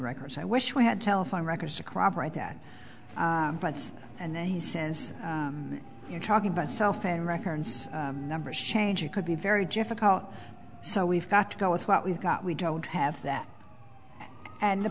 records i wish we had telephone records to corroborate that bites and then he says you're talking about cell phone records numbers change it could be very difficult so we've got to go with what we've got we don't have that and the